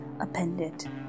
appended